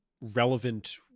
relevant